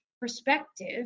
Perspective